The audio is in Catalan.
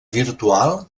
virtual